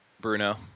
Bruno